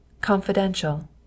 Confidential